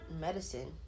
medicine